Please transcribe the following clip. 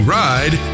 ride